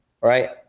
right